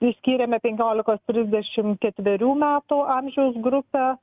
išskyrėme penkiolikos trisdešimt ketverių metų amžiaus grupę